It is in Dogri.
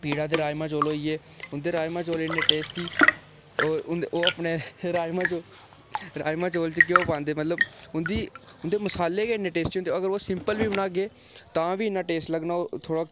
पीड़ा दे राजमां चौल होई गे उं'दे राजमां चौल इन्ने टेस्टी ओह् उं'दे ओह् अपने राजमां चौल राजमां चौल च घ्योऽ पांदे मतलब उं'दी उं'दे मसाले गै इन्ने टेस्टी होंदे अगर ओह् सिंपल बी बनागे तां बी उन्ना टेस्ट लगना ओह् थोह्ड़ा